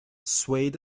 swayed